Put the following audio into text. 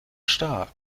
stark